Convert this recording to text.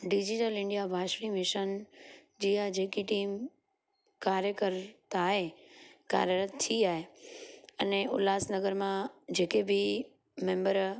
digital India Bajpai mission जी आहे जेकी टीम कार्यकर्ता आहे कार्यरत थी आहे अने उल्हास नगर मां जेके बि मेंम्बर